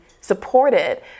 supported